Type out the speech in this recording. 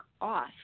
off